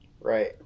Right